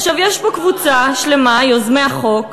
עכשיו, יש פה קבוצה שלמה, יוזמי החוק,